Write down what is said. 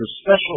special